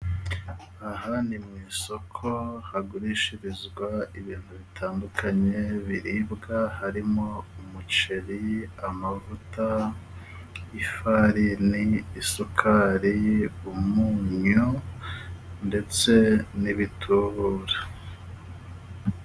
Aha ni mu isoko hagurishirizwa ibintu bitandukanye biribwa harimo: umuceri, amavuta, ifarini, isukari, umunyu, ndetse n'ibitubura.